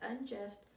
unjust